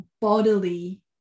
bodily